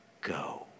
go